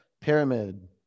Pyramid